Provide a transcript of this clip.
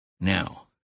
Now